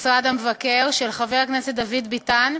משרד המבקר), התשע"ו 2016, של חבר הכנסת דוד ביטן,